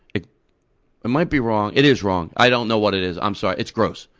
it it might be wrong, it is wrong, i don't know what it is, i'm sorry, it's gross.